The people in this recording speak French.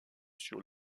sur